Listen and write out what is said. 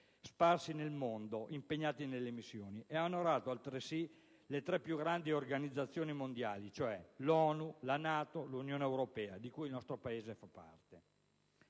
sparsi nel mondo, impegnati nelle missioni e ha onorato altresì le tre più grandi organizzazioni mondiali - l'ONU, la NATO e l'Unione europea - di cui il nostro Paese fa parte.